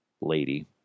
lady